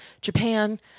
Japan